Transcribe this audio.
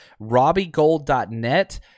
RobbieGold.net